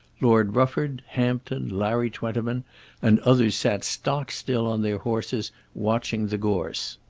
lord rufford, hampton, larry twentyman and others sat stock-still on their horses, watching the gorse.